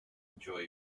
enjoy